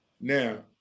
Now